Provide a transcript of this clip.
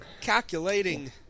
Calculating